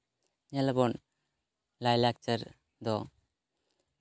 ᱧᱮᱞᱟᱵᱚᱱ ᱞᱟᱭᱼᱞᱟᱠᱪᱟᱨ ᱫᱚ